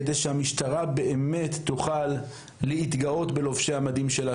כדי שהמשטרה באמת תוכל להתגאות בלובשי המדים שלה.